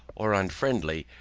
or unfriendly,